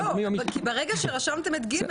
כי ברגע שרשמתם את (ג),